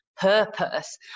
purpose